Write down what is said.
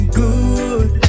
good